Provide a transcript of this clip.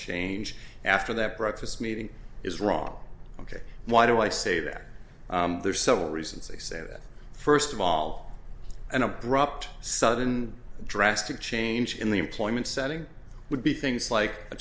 change after that breakfast meeting is wrong ok why do i say that there are several reasons i say that first of all an abrupt sudden drastic change in the employment setting would be things like